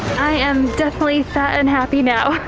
i am definitely fat and happy now.